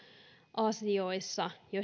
asioissa